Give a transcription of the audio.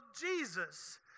Jesus